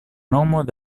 nomon